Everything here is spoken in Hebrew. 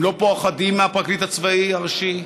הם לא פוחדים מהפרקליט הצבאי הראשי.